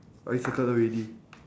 I circle already